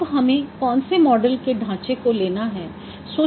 अब हमें कौनसे मॉडल के ढाँचे को लेना है सोचना होगा